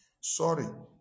sorry